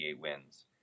wins